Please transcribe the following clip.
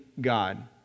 God